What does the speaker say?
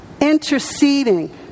interceding